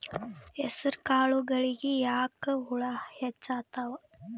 ಹೆಸರ ಕಾಳುಗಳಿಗಿ ಯಾಕ ಹುಳ ಹೆಚ್ಚಾತವ?